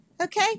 Okay